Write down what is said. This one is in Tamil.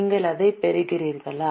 நீங்கள் அதைப் பெறுகிறீர்களா